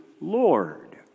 Lord